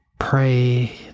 pray